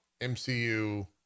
MCU